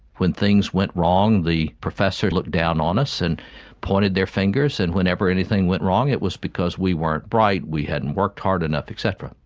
when things went wrong the professor looked down on us and pointed their fingers, and whenever anything went wrong it was because we weren't bright, we hadn't worked hard enough, et cetera.